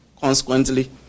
Consequently